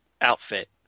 outfit